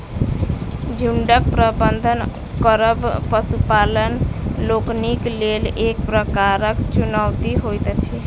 झुंडक प्रबंधन करब पशुपालक लोकनिक लेल एक प्रकारक चुनौती होइत अछि